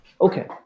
Okay